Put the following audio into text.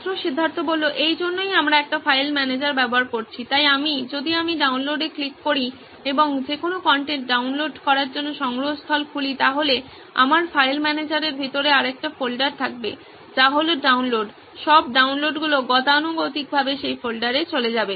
ছাত্র সিদ্ধার্থ এইজন্যই আমরা একটি ফাইল ম্যানেজার ব্যবহার করছি তাই আমি যদি আমি ডাউনলোড এ ক্লিক করি এবং যে কোনো কন্টেন্ট ডাউনলোড করার জন্য সংগ্রহস্থল খুলি তাহলে আমার ফাইল ম্যানেজারের ভিতরে আরেকটি ফোল্ডার থাকবে যা হলো ডাউনলোড সব ডাউনলোডগুলো গতানুগতিকভাবে সেই ফোল্ডারে চলে যাবে